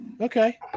Okay